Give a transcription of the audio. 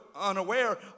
unaware